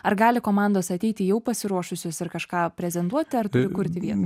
ar gali komandos ateiti jau pasiruošusios ir kažką prezentuoti ar turi kurti vietoj